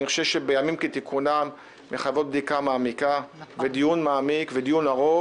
בימים כתיקונן מחייבות בדיקה מעמיקה ודיון ארוך ומעמיק,